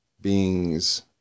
being's